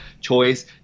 choice